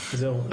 זהו.